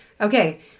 okay